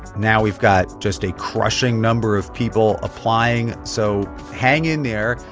now we've got just a crushing number of people applying. so hang in there.